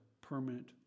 permanent